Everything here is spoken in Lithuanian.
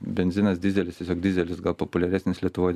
benzinas dyzelis tiesiog dyzelis gal populiaresnis lietuvoj